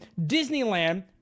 disneyland